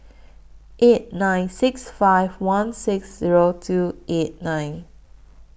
eight nine six five one six Zero two eight nine